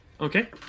Okay